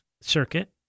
Circuit